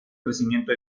crecimiento